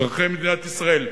אזרחי מדינת ישראל.